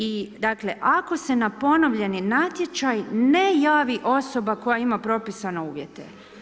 I dakle, ako se na ponovljeni natječaj ne javi osoba koja ima propisane uvjete.